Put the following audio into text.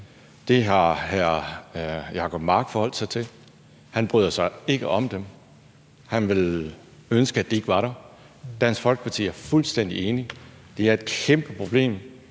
Det har hr. Jacob Mark forholdt sig til: Han bryder sig ikke om dem, han ville ønske, at de ikke var der. Dansk Folkeparti er fuldstændig enig. Det er et kæmpeproblem,